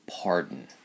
pardon